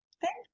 Thank